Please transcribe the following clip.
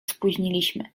spóźniliśmy